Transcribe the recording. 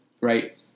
right